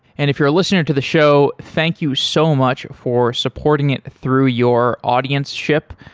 and if you're a listener to the show, thank you so much for supporting it through your audienceship.